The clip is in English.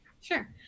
Sure